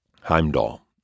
Heimdall